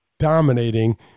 dominating